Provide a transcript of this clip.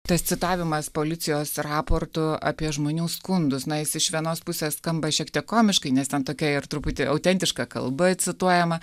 tas citavimas policijos raportų apie žmonių skundus na jis iš vienos pusės skamba šiek tiek komiškai nes ten tokia ir truputį autentiška kalba cituojama